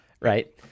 right